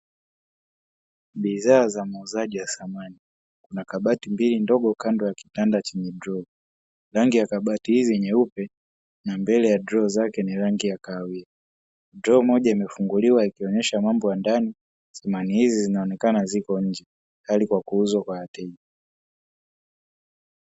Bidhaa za muuzaji wa samani; kuna kabati mbili ndogo kando ya kitanda chenye droo. Rangi ya kabati hizi ni nyeupe na mbele ya droo zake ni rangi ya kahawia. Droo moja imefunguliwa ikionesha mambo ya ndani. Samani hizi zinaonekana zipo nje, tayari kwa kuuzwa kwa wateja.